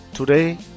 Today